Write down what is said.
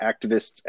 activists